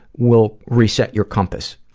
will reset your compass.